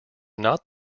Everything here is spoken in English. not